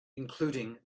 including